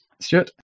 Stuart